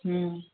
ହୁଁ